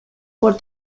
por